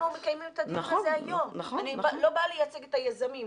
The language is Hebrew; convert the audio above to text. אני לא באה לייצג את היזמים,